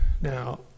Now